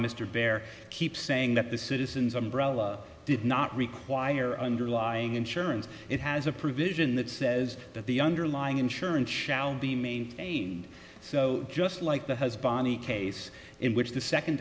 mr baer keeps saying that the citizens are did not require underlying insurance it has a provision that says that the underlying insurance shall be maintained so just like the has bonnie case in which the second